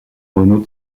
renault